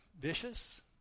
vicious